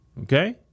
Okay